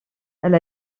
elle